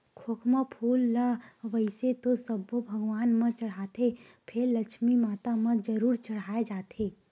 खोखमा फूल ल वइसे तो सब्बो भगवान म चड़हाथे फेर लक्छमी माता म जरूर चड़हाय जाथे